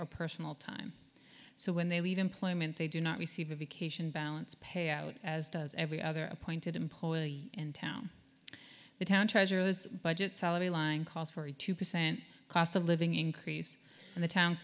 sick personal time so when they leave employment they do not receive a vacation balance pay out as does every other appointed employee in town the town treasurer has budget salary line calls for a two percent cost of living increase and the town